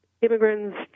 immigrants